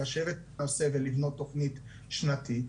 לשבת ולבנות תכנית שנתית.